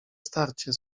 starcie